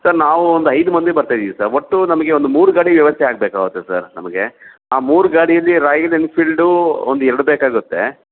sir ನಾವು ಒಂದು ಐದು ಮಂದಿ ಬರ್ತಾಯಿದಿವಿ ಸರ್ ಒಟ್ಟು ನಮಗೆ ಒಂದು ಮೂರು ಗಾಡಿ ವ್ಯವಸ್ಥೆ ಆಗಬೇಕಾಗತ್ತೆ ಸರ್ ನಮಗೆ ಆ ಮೂರು ಗಾಡಿಲಿ ರಾಯಲ್ ಎನ್ಫೀಲ್ಡು ಒಂದು ಎರಡು ಬೇಕಾಗುತ್ತೆ